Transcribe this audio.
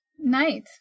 night